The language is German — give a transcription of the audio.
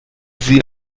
sie